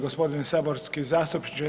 Gospodine saborski zastupniče.